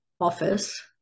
office